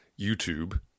YouTube